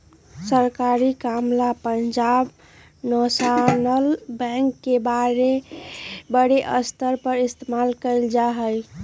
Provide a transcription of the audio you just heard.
सरकारी काम ला पंजाब नैशनल बैंक के बडे स्तर पर इस्तेमाल कइल जा हई